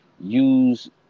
use